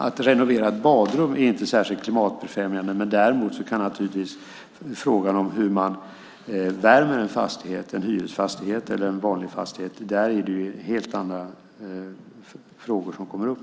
Att renovera ett badrum är inte särskilt klimatbefrämjande, men när det gäller frågan om hur man värmer en hyresfastighet eller en vanlig fastighet är det helt andra saker som kommer upp.